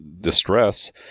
distress